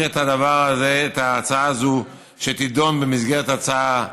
את ההצעה הזאת כך שהיא תידון במסגרת הצעה לסדר-היום.